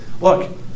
Look